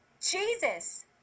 Jesus